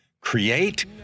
create